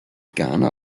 gerne